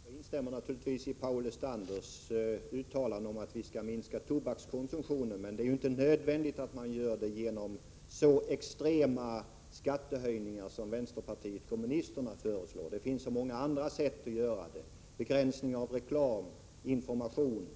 Herr talman! Jag instämmer naturligtvis i Paul Lestanders uttalande om att vi skall minska tobakskonsumtionen. Men det är inte nödvändigt att man gör det genom så extrema skattehöjningar som vpk föreslår. Det finns många andra sätt att göra det. Begränsning av reklam, ytterligare information,